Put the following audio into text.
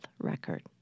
record